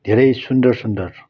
धेरै सुन्दर सुन्दर